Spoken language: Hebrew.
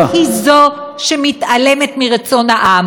את היא זו שמתעלמת מרצון העם,